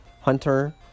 hunter